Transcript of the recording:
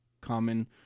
common